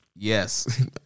Yes